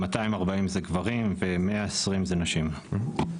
240 זה גברים ו-120 זה נשים.